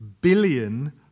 billion